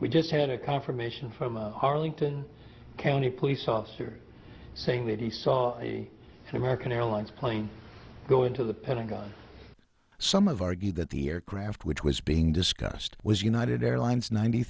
we just had a confirmation from arlington county police officer saying that he saw an american airlines plane go into the pentagon some of argued that the aircraft which was being discussed was united airlines ninety